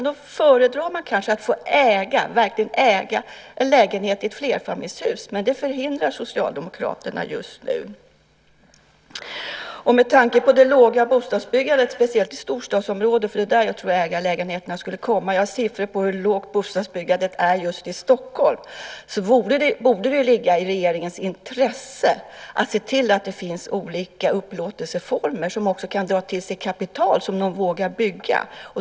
Då föredrar man kanske att få äga, verkligen äga , en lägenhet i ett flerfamiljshus. Men det förhindrar Socialdemokraterna just nu. Man får tänka på det låga bostadsbyggandet, speciellt i storstadsområden. Det är där jag tror att ägarlägenheterna skulle komma. Jag har siffror på hur lågt bostadsbyggandet är just i Stockholm. Då borde det ju ligga i regeringens intresse att se till att det finns olika upplåtelseformer som också kan dra till sig kapital så att folk vågar bygga.